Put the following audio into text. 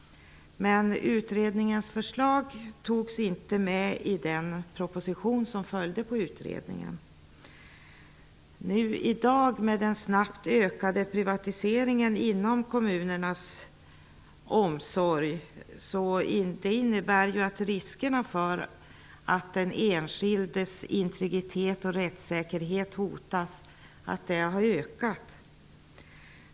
Utredningens förslag togs inte med i den proposition som följde på utredningen. Den snabbt ökande privatiseringen inom kommunernas omsorg i dag innebär att riskerna för att den enskildes integritet och rättssäkerhet hotas har ökat.